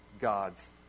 God's